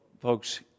folks